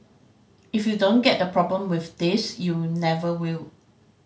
if you don't get the problem with this you never will